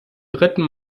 dritten